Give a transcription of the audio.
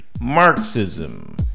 Marxism